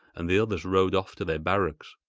and the others rode off to their barracks.